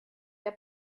der